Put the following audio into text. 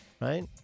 right